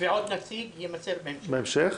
ועוד נציג יימסר בהמשך.